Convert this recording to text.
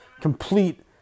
complete